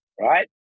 right